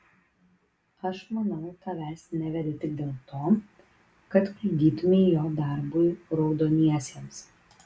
aš manau tavęs nevedė tik dėl to kad kliudytumei jo darbui raudoniesiems